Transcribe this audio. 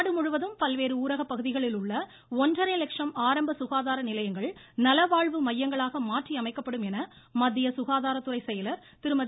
நாடு முழுவதும் பல்வேறு ஊரகப் பகுதிகளிலுள்ள ஒன்றரை லட்சம் ஆரம்ப சுகாதார நிலையங்கள் நலவாழ்வு மையங்களாக மாற்றி அமைக்கப்படும் என மத்திய சுகாதாரத்துறை செயலர் திருமதி